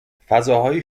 فضاهایی